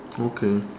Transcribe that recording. okay